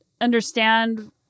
understand